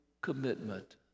commitment